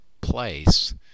place